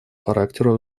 характеру